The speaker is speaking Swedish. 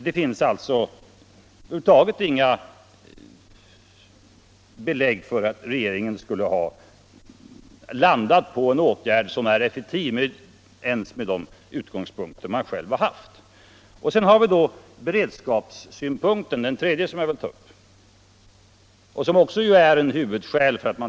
Det finns alltså över huvud taget inga belägg för att regeringen skulle ha stannat för en åtgärd som är effektiv ens med de utgångspunkter den själv har haft. Så har vi då beredskapssynpunkten, den tredje som jag vill ta upp, som också anförs såsom ett huvudskäl.